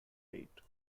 eight